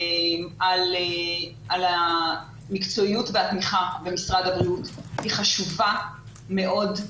על המקצועיות והתמיכה במשרד הבריאות היא חשובה מאוד.